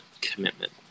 commitment